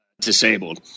disabled